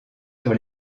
sur